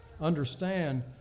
understand